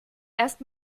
erst